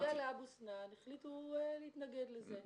בנוגע לאבו סאן, החליטו להתנגד לזה.